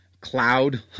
Cloud